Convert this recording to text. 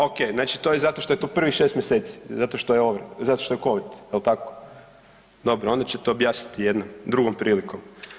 Okej, znači to je zato što je to prvih 6 mjeseci, zato što je … [[Govornik se ne razumije]] zato što je covid jel tako? … [[Upadica iz klupe se ne čuje]] Dobro, onda ćete objasniti jednom drugom prilikom.